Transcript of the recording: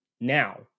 now